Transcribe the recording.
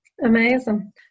Amazing